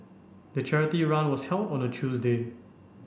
the charity run was held on a Tuesday